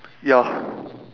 ya